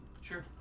Sure